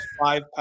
five